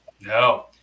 No